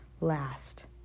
last